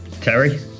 Terry